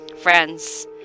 friends